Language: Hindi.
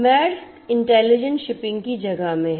Maersk इंटेलीजेंट शिपिंग की जगह में है